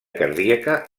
cardíaca